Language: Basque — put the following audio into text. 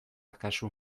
kasu